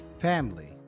Family